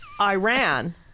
Iran